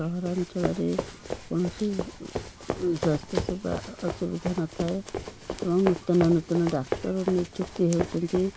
ସହରାଞ୍ଚଳରେ କୌଣସି ଏ ସ୍ଵାସ୍ଥ୍ୟସେବା ଅସୁବିଧା ନଥାଏ ଏବଂ ନୂତନ ନୂତନ ଡାକ୍ତର ନିଯୁକ୍ତ ହେଉଛନ୍ତି